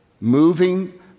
Moving